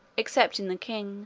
excepting the king